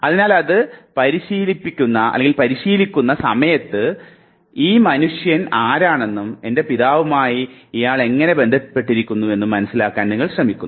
അതിനാൽ അത് പരിശീലിക്കുന്ന സമയത്ത് ഈ മനുഷ്യൻ ആരാണെന്നും എൻറെ പിതാവുമായി ഇയാൾ എങ്ങനെ ബന്ധപ്പെട്ടിരിക്കുന്നുവെന്നും മനസ്സിലാക്കാൻ നിങ്ങൾ ശ്രമിക്കുന്നു